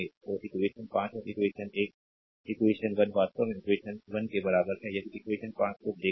तो इक्वेशन 5 और equation 1 equation 1 वास्तव में इक्वेशन 1 के बराबर है यदि इक्वेशन 5 को देखें